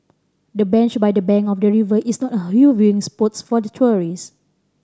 the bench by the bank of the river is a hot viewing spots for tourist